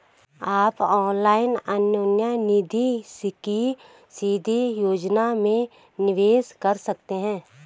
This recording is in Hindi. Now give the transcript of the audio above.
आप ऑनलाइन अन्योन्य निधि की सीधी योजना में निवेश कर सकते हैं